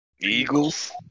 Eagles